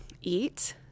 eat